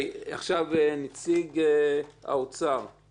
נציג האוצר, אחד.